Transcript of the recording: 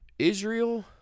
Israel